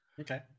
Okay